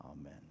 Amen